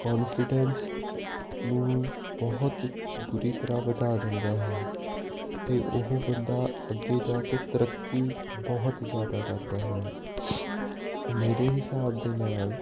confidence ਨੂੰ ਬਹੁਤ ਬੁਰੀ ਤਰਾਂ ਵਧਾ ਦਿੰਦਾ ਹੈ ਤੇ ਉਹ ਬੰਦਾ ਅੱਗੇ ਜਾ ਕੇ ਤਰੱਕੀ ਬਹੁਤ ਜਿਆਦਾ ਕਰਦਾ ਹੈ ਮੇਰੇ ਹਿਸਾਬ ਦੇ ਨਾਲ